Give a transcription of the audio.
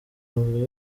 buri